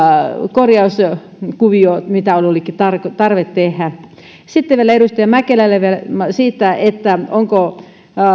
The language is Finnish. korjauskuvio mitä olikin tarvetta tehdä sitten vielä edustaja mäkelälle siitä onko